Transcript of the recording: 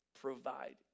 provide